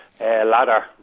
ladder